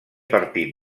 partit